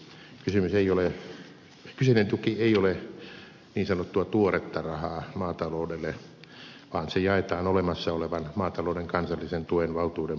kyseinen tuki ei ole niin sanottua tuoretta rahaa maataloudelle vaan se jaetaan olemassa olevan maatalouden kansallisen tuen valtuuden puitteissa